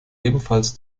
ebenfalls